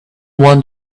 want